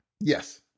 Yes